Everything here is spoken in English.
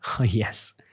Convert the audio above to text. Yes